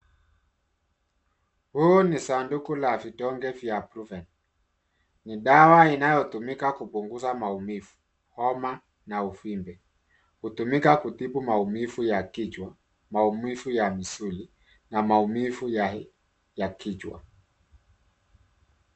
Huu ni sanduku la vidonge vya brufen. Ni dawa inayotumika kupunguza maumivu, homa na uvimbe. Hutumika kutibu maumivu ya kichwa, maumivu ya misuli na maumivu ya kichwa.